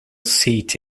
seat